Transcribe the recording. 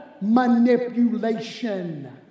manipulation